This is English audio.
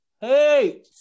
Hey